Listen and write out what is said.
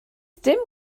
dim